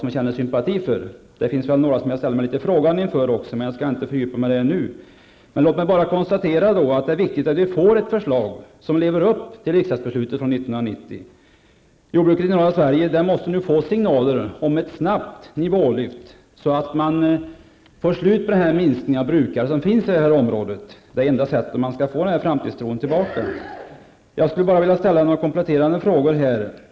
Det finns väl också några som jag ställer mig frågande inför, men jag skall inte nu fördjupa mig i det. Låt mig bara konstatera att det är viktigt att vi får ett förslag som lever upp till riksdagsbeslutet från 1990. Jordbruket i norra Sverige måste nu få signaler om ett snabbt nivålyft, så att man får slut på minskningen av antalet brukare inom detta område. Det är enda sättet att se till att framtidstron kommer tillbaka. Jag skulle bara vilja ställa några kompletterande frågor här.